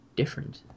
different